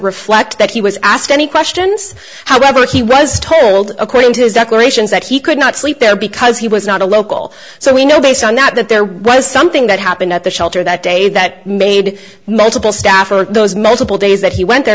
reflect that he was asked any questions however he was told according to his declarations that he could not sleep there because he was not a local so we know based on not that there was something that happened at the shelter that day that made multiple staff or those multiple days that he went there